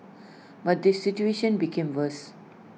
but the situation became worse